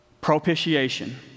Propitiation